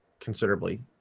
Considerably